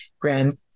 Grand